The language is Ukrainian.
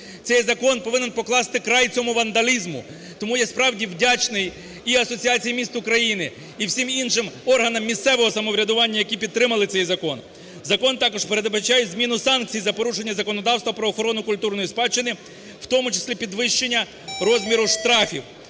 Цей закон повинен покласти край цьому вандалізму. Тому я справді вдячний і Асоціації міст України, і всім іншим органам місцевого самоврядування, які підтримали цей закон. Закон також передбачає зміну санкцій за порушення законодавства про охорону культурної спадщини, в тому числі підвищення розміру штрафів.